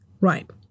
Right